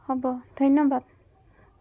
হ'ব ধন্যবাদ